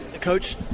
Coach